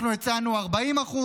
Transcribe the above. אנחנו הצענו 40%,